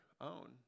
own